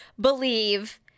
believe